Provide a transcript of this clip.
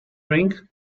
ring